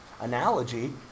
analogy